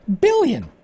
Billion